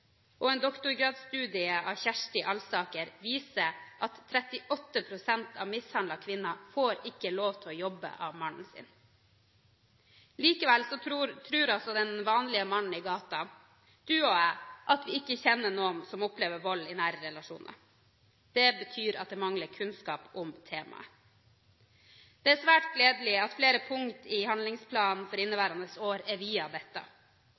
Norge. En doktorgradsstudie av Kjersti Alsaker viser at 38 pst. av mishandlede kvinner ikke får lov til å jobbe av mannen sin. Likevel tror altså den vanlige mann i gaten, du og jeg, at vi ikke kjenner noen som opplever vold i nære relasjoner. Det betyr at det mangler kunnskap om temaet. Det er svært gledelig at flere punkt i handlingsplanen for inneværende år er viet dette.